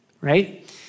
right